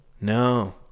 No